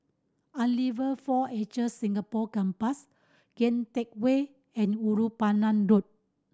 Unilever Four Acre Singapore Campus Kian Teck Way and Ulu Pandan Road